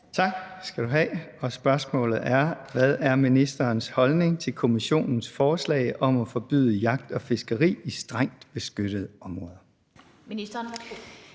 Tak skal du have. Spørgsmålet er: Hvad er ministerens holdning til Kommissionens forslag om at forbyde jagt og fiskeri i strengt beskyttede områder? Kl. 16:37 Den fg.